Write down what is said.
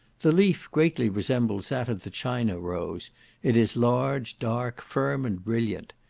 the leaf greatly resembles that of the china rose it is large, dark, firm, and brilliant.